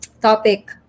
Topic